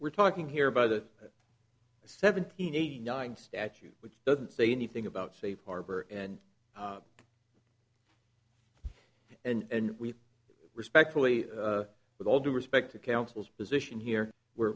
we're talking here by the seventeen eighty nine statute which doesn't say anything about safe harbor and and we respectfully with all due respect to counsel's position here we're